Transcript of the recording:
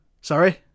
Sorry